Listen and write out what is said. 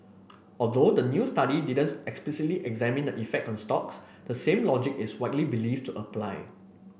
although the new study didn't explicitly examine the effect on stocks the same logic is widely believed to apply